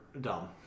dumb